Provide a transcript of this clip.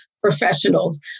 professionals